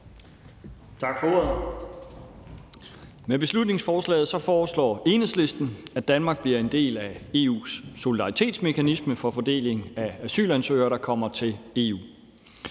Tak for ordet. Med beslutningsforslaget foreslår Enhedslisten, at Danmark bliver en del af EU's solidaritetsmekanisme for fordeling af asylansøgere, der kommer til EU.